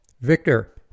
Victor